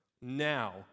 now